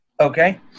Okay